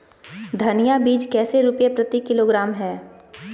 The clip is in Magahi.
धनिया बीज कैसे रुपए प्रति किलोग्राम है?